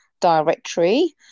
directory